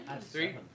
Three